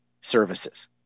services